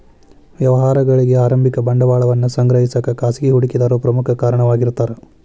ವ್ಯವಹಾರಗಳಿಗಿ ಆರಂಭಿಕ ಬಂಡವಾಳವನ್ನ ಸಂಗ್ರಹಿಸಕ ಖಾಸಗಿ ಹೂಡಿಕೆದಾರರು ಪ್ರಮುಖ ಕಾರಣವಾಗಿರ್ತಾರ